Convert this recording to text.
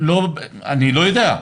אני לא יודע.